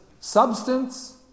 substance